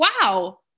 wow